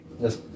Yes